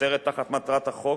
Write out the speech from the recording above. חותרת תחת מטרת החוק,